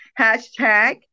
hashtag